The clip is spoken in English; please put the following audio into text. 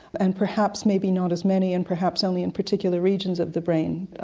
and perhaps maybe not as many, and perhaps only in particular regions of the brain.